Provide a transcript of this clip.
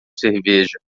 cerveja